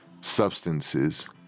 substances